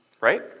right